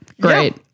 Great